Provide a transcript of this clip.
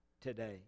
today